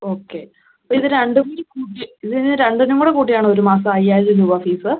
okay അപ്പോൾ ഇത് രണ്ടും കൂടി കൂട്ടി ഇതിന് രണ്ടിനും കൂടെ കൂട്ടിയാണോ ഒരു മാസം അയ്യായിരം രൂപ ഫീസ്